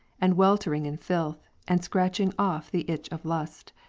and weltering in filth, and scratching off the itch of lust.